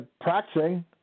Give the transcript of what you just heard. practicing